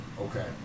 Okay